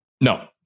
No